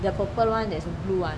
the purple one there's a blue one